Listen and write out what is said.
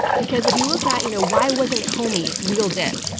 because if you look at, you know, why wasn't comey wheeled in?